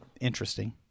interesting